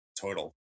total